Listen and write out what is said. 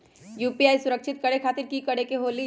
UPI सुरक्षित करे खातिर कि करे के होलि?